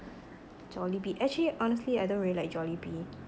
Jollibee actually honestly I don't really like Jollibee